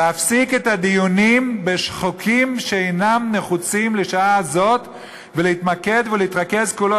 להפסיק את הדיונים בחוקים שאינם נחוצים לשעה זו ולהתמקד ולהתרכז בלבד,